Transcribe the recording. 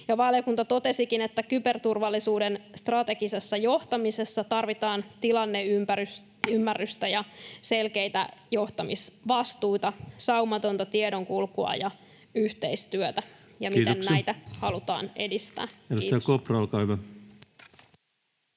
Valiokunta totesikin, että kyberturvallisuuden strategisessa johtamisessa tarvitaan tilanneymmärrystä ja selkeitä johtamisvastuita, saumatonta tiedonkulkua ja yhteistyötä siinä, miten [Puhemies: